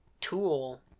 tool